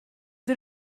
der